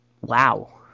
Wow